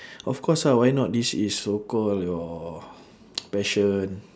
of course ah why not this is so call your passion